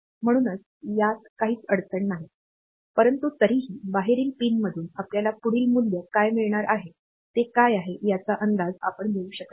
म्हणूनच यात काहीच अडचण नाही परंतु तरीही बाहेरील पिनमधून आपल्याला पुढील मूल्य काय मिळणार आहे ते काय आहे याचा अंदाज आपण घेऊ शकत नाही